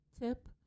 tip